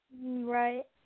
Right